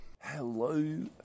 Hello